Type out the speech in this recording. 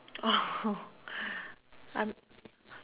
oh I'm